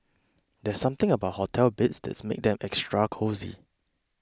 there's something about hotel beds that makes them extra cosy